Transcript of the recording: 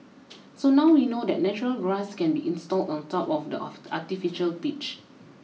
so now we know that natural grass can be installed on top of the artificial pitch